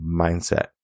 mindset